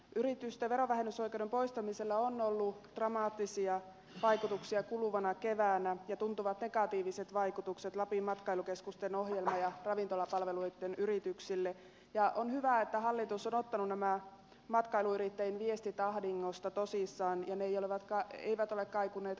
yritysten verovähennysoikeuden poistamisella on ollut dramaattisia vaikutuksia kuluvana keväänä ja tuntuvat negatiiviset vaikutukset lapin matkailukeskusten ohjelma ja ravintolapalveluyrityksille ja on hyvä että hallitus on ottanut nämä matkailuyrittäjien viestit ahdingosta tosissaan eivätkä ne ole kaikuneet kuuroille korville